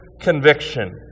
conviction